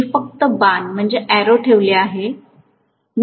मी फक्त बाण ठेवले पाहिजे